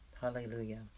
hallelujah